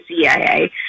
CIA